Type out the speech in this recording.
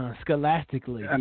Scholastically